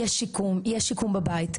יש שיקום, יש שיקום בבית.